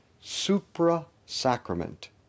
supra-sacrament